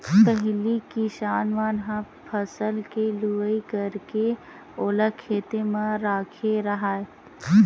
पहिली किसान मन ह फसल के लुवई करके ओला खेते म राखे राहय